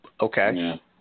okay